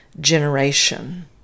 generation